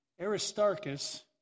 Aristarchus